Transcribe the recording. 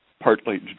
Partly